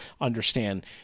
understand